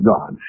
God